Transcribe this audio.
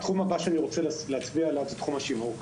התחום הבא שאני רוצה להצביע עליו הוא תחום השיווק.